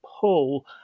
pull